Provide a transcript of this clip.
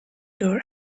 door